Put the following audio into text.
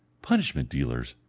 punishment-dealers,